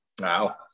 Wow